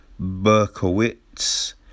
Berkowitz